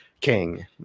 KING